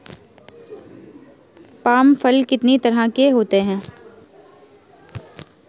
Palm फल कितनी तरह के होते हैं?